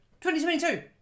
2022